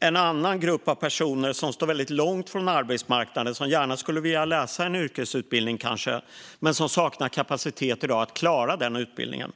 en annan grupp av personer som står långt från arbetsmarknaden som gärna skulle vilja läsa en yrkesutbildning men som saknar kapacitet att klara utbildningen.